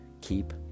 keep